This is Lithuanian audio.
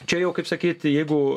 čia jau kaip sakyt jeigu